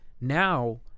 Now